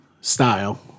style